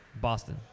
Boston